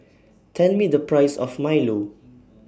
Tell Me The Price of Milo